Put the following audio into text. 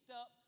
up